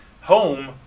home